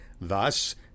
Thus